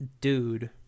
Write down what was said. Dude